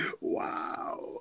Wow